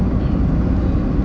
mm